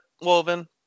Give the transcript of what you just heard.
Woven